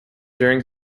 during